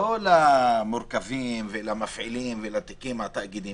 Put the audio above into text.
לא למורכבים, למפעילים ולתיקים של התאגידים